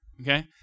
Okay